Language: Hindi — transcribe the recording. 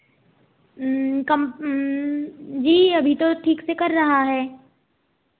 कम जी अभी तो ठीक से कर रहा है